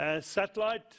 satellite